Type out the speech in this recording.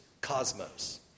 cosmos